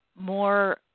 more